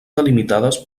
delimitades